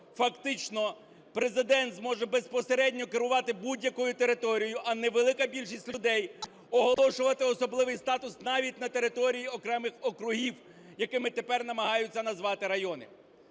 фактично Президент зможе безпосередньо керувати будь-якою територією, а невелика більшість людей оголошувати особливий статус навіть на території окремих округів, якими тепер намагаються назвати райони.